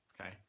okay